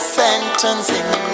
sentencing